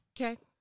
okay